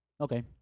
Okay